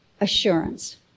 assurance